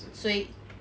谁